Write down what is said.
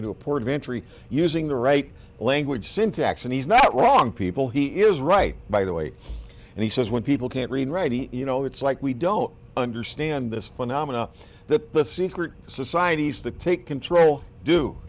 into a port of entry using the right language syntax and he's not wrong people he is right by the way and he says when people can't read ready you know it's like we don't understand this phenomena that the secret societies to take control do